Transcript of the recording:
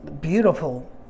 Beautiful